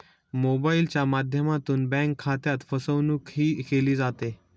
मोबाइलच्या माध्यमातून बँक खात्यात फसवणूकही केली जाते